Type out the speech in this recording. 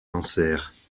cancers